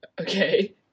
Okay